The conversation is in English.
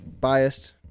biased